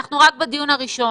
אנחנו רק בדיון הראשון,